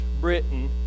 Britain